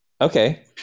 Okay